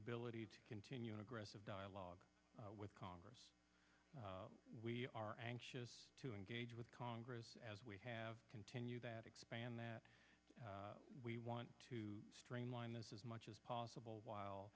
ability to continue an aggressive dialogue with congress we are anxious to engage with congress as we have continued that expand that we want to streamline this as much as possible while